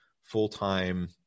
full-time